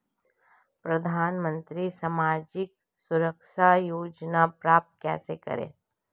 प्रधानमंत्री सामाजिक सुरक्षा योजना प्राप्त कैसे करें?